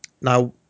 Now